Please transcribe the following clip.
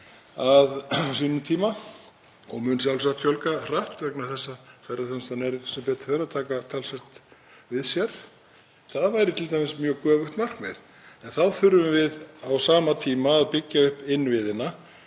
á sínum tíma og mun sjálfsagt fjölga hratt vegna þess að ferðaþjónustan er sem betur fer að taka talsvert við sér. Það væri t.d. mjög göfugt markmið. En þá þurfum við á sama tíma að byggja upp innviðina